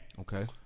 Okay